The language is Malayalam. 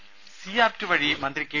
രുമ സി ആപ്റ്റ് വഴി മന്ത്രി കെ